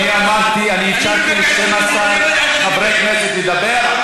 אני אמרתי, אפשרתי ל-12 חברי כנסת לדבר.